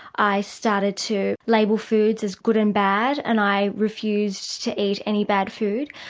i started to label foods as good and bad and i refused to eat any bad food.